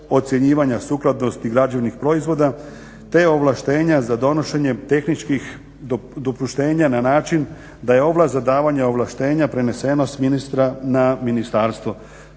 ocjenjivanja sukladnosti građevnih proizvoda te ovlaštenja za donošenje tehničkih dopuštenja na način da je ovlast za davanje ovlaštenja preneseno s ministra na ministarstvo.